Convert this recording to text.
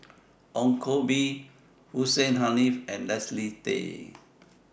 Ong Koh Bee Hussein Haniff and Leslie Tay